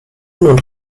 und